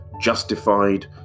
justified